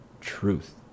Truth